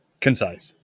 Concise